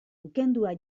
ukendua